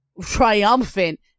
triumphant